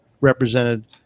represented